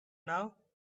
now